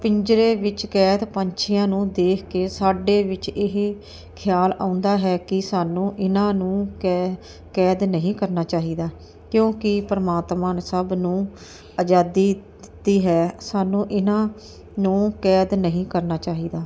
ਪਿੰਜਰੇ ਵਿੱਚ ਕੈਦ ਪੰਛੀਆਂ ਨੂੰ ਦੇਖ ਕੇ ਸਾਡੇ ਵਿੱਚ ਇਹ ਖਿਆਲ ਆਉਂਦਾ ਹੈ ਕਿ ਸਾਨੂੰ ਇਹਨਾਂ ਨੂੰ ਕੈਦ ਕੈਦ ਨਹੀਂ ਕਰਨਾ ਚਾਹੀਦਾ ਕਿਉਂਕਿ ਪਰਮਾਤਮਾ ਨੇ ਸਭ ਨੂੰ ਆਜ਼ਾਦੀ ਦਿੱਤੀ ਹੈ ਸਾਨੂੰ ਇਹਨਾਂ ਨੂੰ ਕੈਦ ਨਹੀਂ ਕਰਨਾ ਚਾਹੀਦਾ